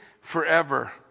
forever